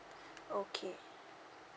okay